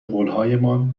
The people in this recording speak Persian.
قولهایمان